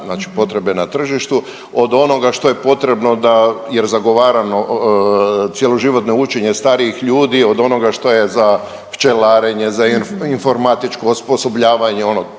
znači potrebe na tržištu od onoga što je potrebno jer zagovaramo cjeloživotno učenje starijih ljudi od onoga što je za pčelarenje, za informatičko osposobljavanje to